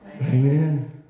Amen